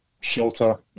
shelter